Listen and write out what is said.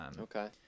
Okay